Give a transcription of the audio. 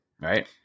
Right